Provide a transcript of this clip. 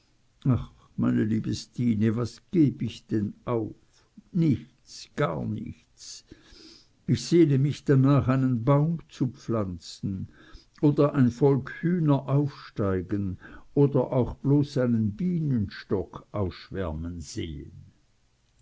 ach meine liebe stine was geb ich denn auf nichts gar nichts ich sehne mich danach einen baum zu pflanzen oder ein volk hühner aufsteigen oder auch bloß einen bienenstock ausschwärmen zu sehen